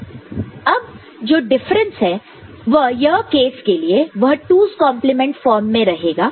अब जो डिफरेंस है यह केस के लिए वह 2's complement form 2's complement form में रहेगा